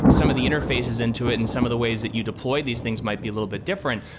some of the interfaces into it and some of the ways that you deploy these things might be a little bit different,